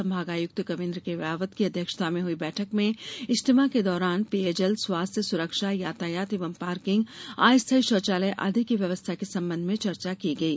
संभागायुक्त कवींद्र कियावत की अध्यक्षता में हयी बैठक में इज्तिमा के दौरान पेयजल स्वास्थ्य सुरक्षा यातायात एवं पार्किंग अस्थाई शौचालय आदि की व्यवस्था के संबंध में चर्चा की गयी